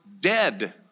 dead